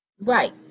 Right